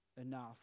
enough